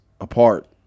apart